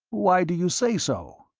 why do you say so?